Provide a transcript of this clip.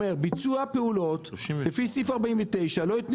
אומר ביצוע פעולות לפי סעיף 49 לא יותנה